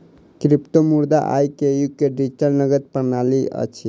क्रिप्टोमुद्रा आई के युग के डिजिटल नकद प्रणाली अछि